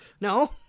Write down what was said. No